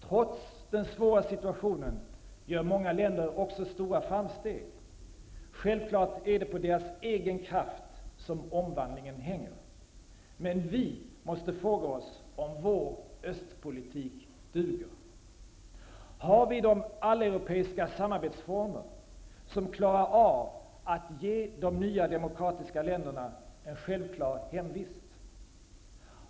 Trots den svåra situationen gör många länder också stora framsteg. Självklart är det på deras egen kraft som omvandlingen hänger. Men vi måste fråga oss om vår östpolitik duger. Har vi de alleuropeiska samarbetsformer som klarar av att ge de nya demokratiska länderna en självklar hemvist?